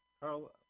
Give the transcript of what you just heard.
Carl